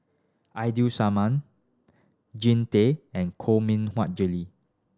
Ida Simmon Jean Tay and Koh Mui Hiang Julie